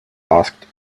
asked